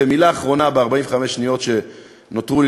ומילה אחרונה ב-45 השניות שנותרו לי,